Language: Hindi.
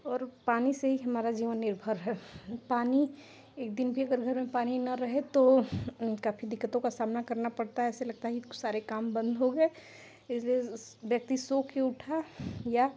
और पानी से ही हमारा जीवन निर्भर है पानी एक दिन भी अगर घर में पानी न रहे तो काफी दिक्कतों का सामना करना पड़ता है ऐसा लगता है कि सारे काम बन्द हो गए इसलिए व्यक्ति सोकर उठा या